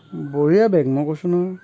বঢ়িয়া বেগ মই কৈছোঁ নহয়